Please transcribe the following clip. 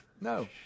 No